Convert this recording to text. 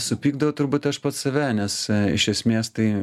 supykdau turbūt aš pats save nes iš esmės tai